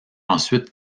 ensuite